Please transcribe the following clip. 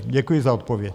Děkuji za odpověď.